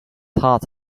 hard